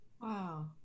Wow